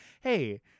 hey